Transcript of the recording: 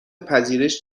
پذیرش